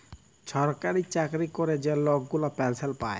ছরকারি চাকরি ক্যরে যে লক গুলা পেলসল পায়